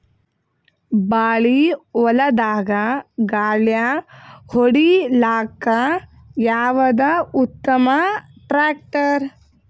ಬಾಳಿ ಹೊಲದಾಗ ಗಳ್ಯಾ ಹೊಡಿಲಾಕ್ಕ ಯಾವದ ಉತ್ತಮ ಟ್ಯಾಕ್ಟರ್?